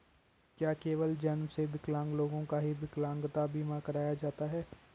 क्या केवल जन्म से विकलांग लोगों का ही विकलांगता बीमा कराया जाता है?